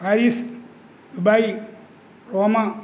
Paris Dubai Rome